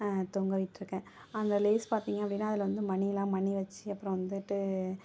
தொங்கவிட்டிருக்கேன் அந்த லேஸ் பார்த்தீங்க அப்படின்னா அதில் வந்து மணியெலாம் மணி வச்சு அப்புறம் வந்துட்டு